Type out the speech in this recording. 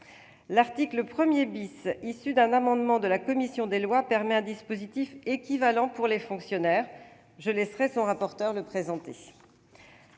L'article 1 , issu d'un amendement de la commission des lois, instaure un dispositif équivalent pour les fonctionnaires ; je laisserai le rapporteur pour